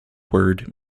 word